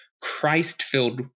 Christ-filled